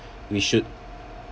we should